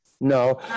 no